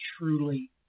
truly